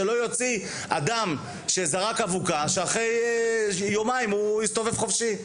שלא יוציא אדם שזרק אבוקה שאחרי יומיים הוא יסתובב חופשי.